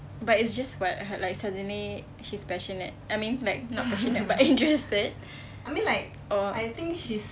but it's just what she's suddenly passionate I mean like not passionate but interested or